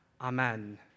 Amen